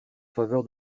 faveur